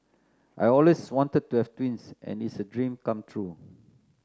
I always wanted to have twins and it's a dream come true